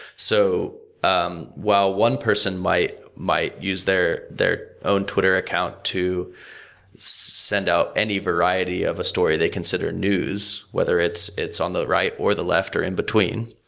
so um while one person might might use their their twitter account to send out any variety of a story they consider news, whether it's it's on the right, or the left, or in between.